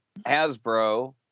Hasbro